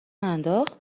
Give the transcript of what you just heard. انداخت